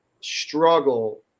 struggle